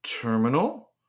terminal